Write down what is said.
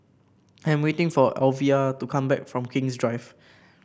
I am waiting for Alyvia to come back from King's Drive